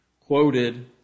quoted